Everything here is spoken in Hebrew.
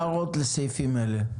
הערות לסעיפים האלה.